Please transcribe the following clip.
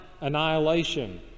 annihilation